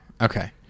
Okay